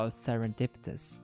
serendipitous，